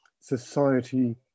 Society